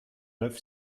neuf